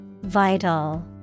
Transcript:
Vital